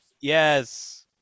Yes